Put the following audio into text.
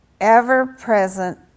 Ever-present